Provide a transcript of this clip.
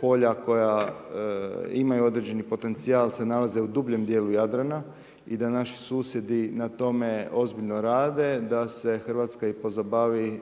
polja koja imaju određeni potencijal se nalaze u dubljem dijelu Jadrana i da naši susjedi na tome ozbiljno rade, da se hrvatska pozabavi